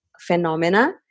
phenomena